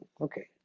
okay